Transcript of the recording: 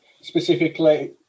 Specifically